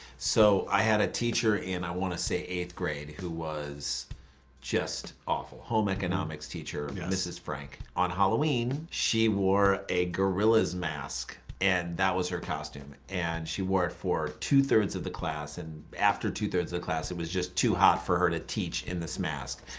so i had a teacher in i wanna say eighth grade who was just awful. home economics teacher, yeah mrs. frank. on halloween, halloween, she wore a gorilla's mask and that was her costume. and she wore it for two thirds of the class and after two thirds of the class, it was just too hot for her to teach in this mask.